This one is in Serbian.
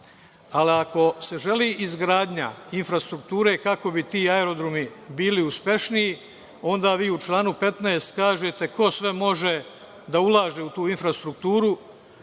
ali ako se želi izgradnja infrastrukture kako bi ti aerodromi bili uspešniji, onda vi u članu 15. kažete ko sve može da ulaže u tu infrastrukturu,